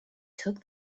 took